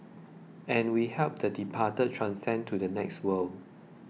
and we help the departed transcend to the next world